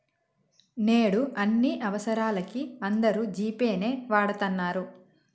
నేడు అన్ని అవసరాలకీ అందరూ జీ పే నే వాడతన్నరు